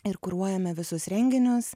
ir kuruojame visus renginius